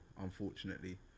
unfortunately